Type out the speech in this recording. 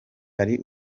hari